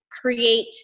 create